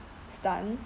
stance